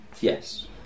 Yes